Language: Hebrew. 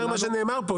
זה לפי מה שנאמר פה.